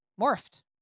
morphed